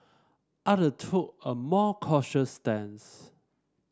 other took a more cautious stance